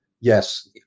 yes